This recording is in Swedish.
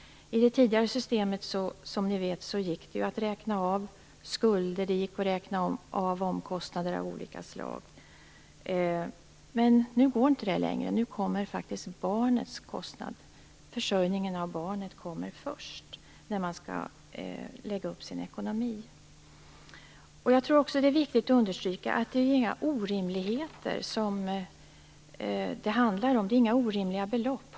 I det tidigare systemet gick det att räkna av skulder och omkostnader av olika slag. Men nu går det inte längre. Försörjningen av barnen kommer först när man skall planera sin ekonomi. Det är också viktigt att understryka att det inte handlar om några orimliga belopp.